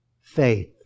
faith